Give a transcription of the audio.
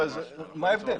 הרי מה ההבדל?